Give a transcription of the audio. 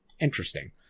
interesting